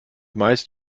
meist